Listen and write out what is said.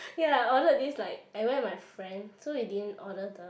ya I ordered this like I went with my friend so we didn't order the